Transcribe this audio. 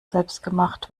selbstgemacht